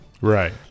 Right